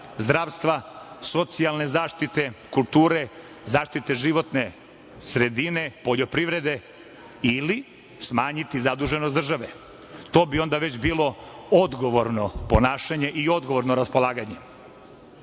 zdravstva, socijalne zaštite, kulture, zaštite životne sredine, poljoprivrede ili smanjiti zaduženost države. To bi onda već bilo odgovorno ponašanje i odgovorno raspolaganje. Recimo,